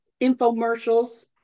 infomercials